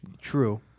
True